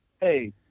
hey